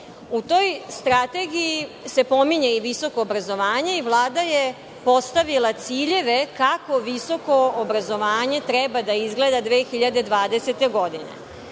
U toj Strategiji se pominje i visoko obrazovanje i Vlada je postavila ciljeve kako visoko obrazovanje treba da izgleda 2020. godine. Mi